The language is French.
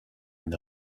une